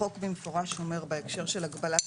החוק במפורש אומר בהקשר של הגבלה,